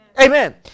Amen